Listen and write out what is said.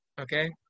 Okay